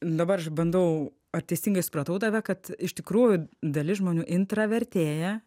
dabar aš bandau ar teisingai supratau tave kad iš tikrųjų dalis žmonių intravertėja